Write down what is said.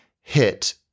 hit